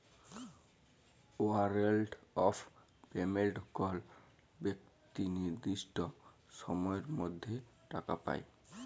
warrant of payment কল বেক্তি লির্দিষ্ট সময়ের মধ্যে টাকা পায়